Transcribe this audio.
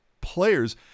players